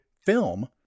film